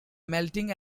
melting